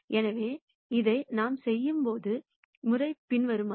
எனவே இதை நாம் செய்யப் போகும் முறை பின்வருமாறு